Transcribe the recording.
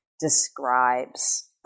describes